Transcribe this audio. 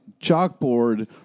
chalkboard